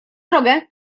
drogę